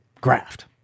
Graft